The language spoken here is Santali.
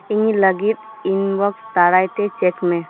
ᱤᱧ ᱞᱟᱹᱜᱤᱫ ᱤᱱᱵᱚᱠᱥ ᱫᱟᱨᱟᱭ ᱛᱮ ᱪᱮᱠ ᱢᱮ